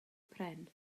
pren